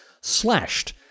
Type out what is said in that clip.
slashed